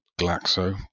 glaxo